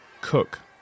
cook